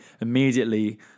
immediately